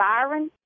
Byron